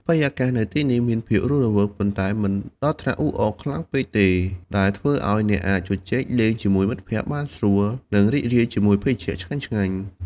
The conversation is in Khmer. បរិយាកាសនៅទីនេះមានភាពរស់រវើក ប៉ុន្តែមិនដល់ថ្នាក់អ៊ូអរខ្លាំងពេកទេ ដែលធ្វើឱ្យអ្នកអាចជជែកលេងជាមួយមិត្តភក្តិបានស្រួល និងរីករាយជាមួយភេសជ្ជៈឆ្ងាញ់ៗ។